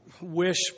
wish